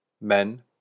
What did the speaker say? Men